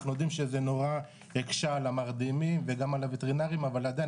יודעים שזה נורא הקשה על המרדימים וגם על הווטרינרים אבל עדיין